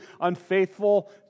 unfaithful